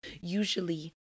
usually